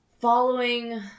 following